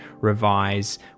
revise